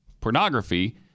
pornography